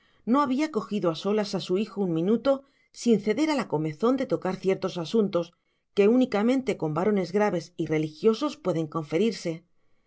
no había cogido a solas a su hijo un minuto sin ceder a la comezón de tocar ciertos asuntos que únicamente con varones graves y religiosos pueden conferirse